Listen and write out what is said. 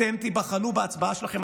אתם תיבחנו בהצבעה שלכם,